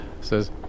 says